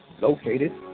located